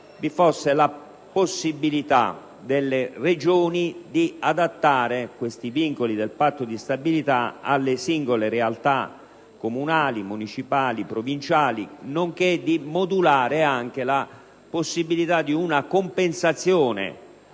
vi fosse la possibilità per le Regioni di adattare detti vincoli alle singole realtà comunali, municipali e provinciali, nonché di modulare anche la possibilità di una compensazione